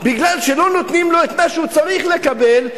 מכיוון שלא נותנים לו את מה שהוא צריך לקבל,